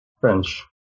French